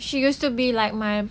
she used to be like my